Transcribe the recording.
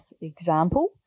example